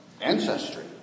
ancestry